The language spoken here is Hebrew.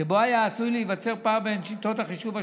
שבו היה עשוי להיווצר פער בין שיטות החישוב השונות,